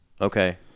okay